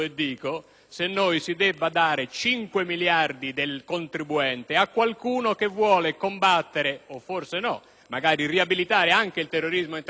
magari riabilitare anche il terrorismo internazionale altrui, visto e considerato che noi abbiamo già riabilitato quello libico con dei soldi pubblici. Quindi, invito